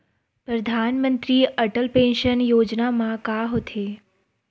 परधानमंतरी अटल पेंशन योजना मा का होथे?